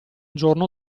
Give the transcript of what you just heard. giorno